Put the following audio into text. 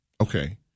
Okay